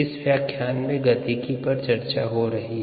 इस व्याख्यान में गतिकी पर चर्चा हो रही है